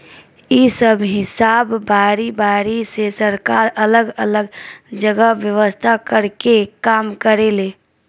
इ सब हिसाब बारी बारी से सरकार अलग अलग जगह व्यवस्था कर के काम करेले